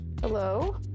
hello